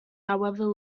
however